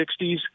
60s